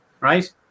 right